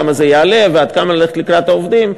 כמה זה יעלה ועד כמה ללכת לקראת העובדים,